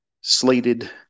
slated